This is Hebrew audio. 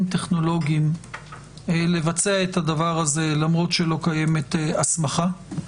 טכנולוגיים לבצע את הדבר הזה למרות שלא קיימת הסמכה,